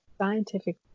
scientific